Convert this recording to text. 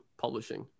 publishing